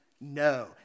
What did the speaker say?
No